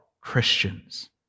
Christians